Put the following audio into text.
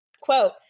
Quote